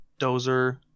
dozer